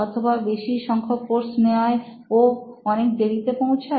অথবা বেশি সংখ্যক কোর্স নেওয়ায় ও অনেক দেরিতে পৌঁছয়